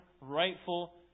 rightful